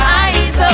eyes